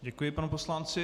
Děkuji panu poslanci.